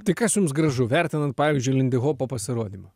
tai kas jums gražu vertinant pavyzdžiui lindihopo pasirodymą